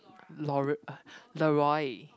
Laura ugh Leroy